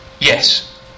Yes